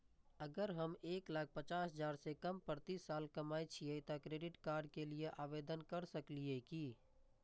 अगर हम एक लाख पचास हजार से कम प्रति साल कमाय छियै त क्रेडिट कार्ड के लिये आवेदन कर सकलियै की?